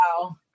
wow